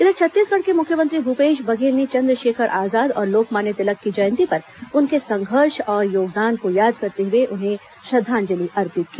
इधर छत्तीसगढ़ के मुख्यमंत्री भूपेश बघेल ने चन्द्रशेखर आजाद और लोकमान्य तिलक की जयंती पर उनके संघर्ष और योगदान को याद करते हुए उन्हें श्रद्वांजलि अर्पित की